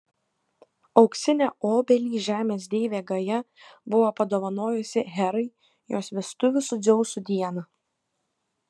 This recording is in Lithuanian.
auksinę obelį žemės deivė gaja buvo padovanojusi herai jos vestuvių su dzeusu dieną